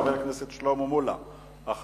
חבר הכנסת שלמה מולה, בבקשה.